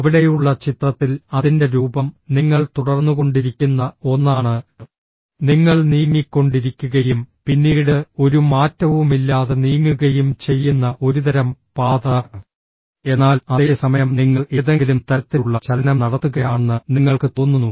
അവിടെയുള്ള ചിത്രത്തിൽ അതിന്റെ രൂപം നിങ്ങൾ തുടർന്നുകൊണ്ടിരിക്കുന്ന ഒന്നാണ് നിങ്ങൾ നീങ്ങിക്കൊണ്ടിരിക്കുകയും പിന്നീട് ഒരു മാറ്റവുമില്ലാതെ നീങ്ങുകയും ചെയ്യുന്ന ഒരുതരം പാത എന്നാൽ അതേ സമയം നിങ്ങൾ ഏതെങ്കിലും തരത്തിലുള്ള ചലനം നടത്തുകയാണെന്ന് നിങ്ങൾക്ക് തോന്നുന്നു